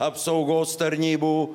apsaugos tarnybų